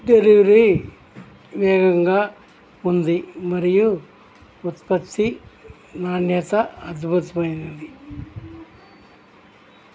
delivery వేగంగా ఉంది మరియు ఉత్పత్తి నాణ్యత అద్భుతమైనది